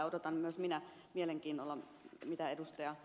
ja odotan myös minä mielenkiinnolla mitä ed